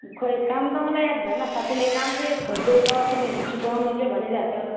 खोई काम त मलाई याद भएन साथीले काम चाहिँ खोज्दैछ तिमीहरू छिटो आउनु चाहिँ भनिरहेछ